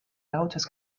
lautes